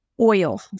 oil